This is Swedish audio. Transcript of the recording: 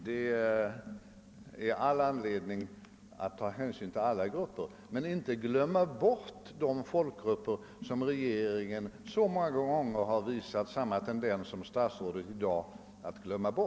Det är all anledning att ta hänsyn till alla grupper och inte glömma bort de folkgrupper som regeringen så många gånger visat samma tendens som statsrådet i dag att glömma.